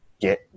get